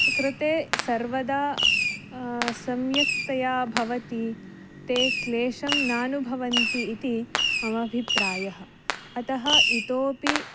कृते सर्वदा सम्यक्तया भवति ते क्लेशं नानुभवन्ति इति मम अभिप्रायः अतः इतोपि